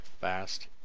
fast